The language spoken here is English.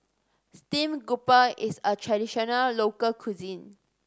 stream grouper is a traditional local cuisine